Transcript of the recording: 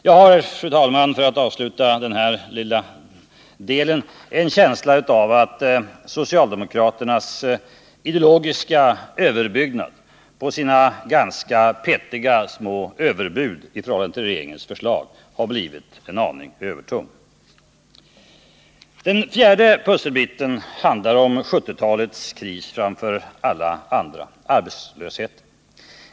Jag har, fru talman — det får avsluta den här utvikningen i mitt anförande — en känsla av att socialdemokraternas ideologiska överbyggnad på sina ganska petiga små överbud i förhållande till regeringens förslag blivit en aning övertung. Den fjärde pusselbiten handlar om 1970-talets kris framför alla andra, arbetslösheten.